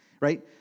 Right